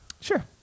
Sure